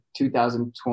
2020